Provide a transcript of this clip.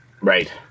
right